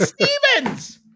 Stevens